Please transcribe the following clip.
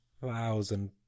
thousand